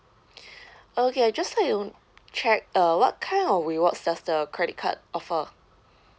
okay I'd just like to check uh what kind of rewards does the credit card offer